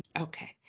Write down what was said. Okay